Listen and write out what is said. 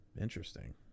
Interesting